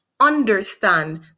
understand